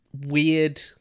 weird